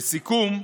לסיכום,